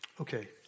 Okay